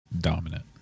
dominant